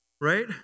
right